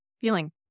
feeling